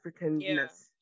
Africanness